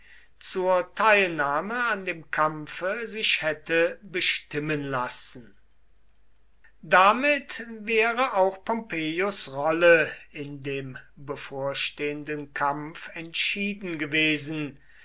zur teilnahme an dem kampfe sich hätte bestimmen lassen damit wäre auch pompeius rolle in dem bevorstehenden kampf entschieden gewesen